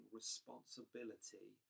responsibility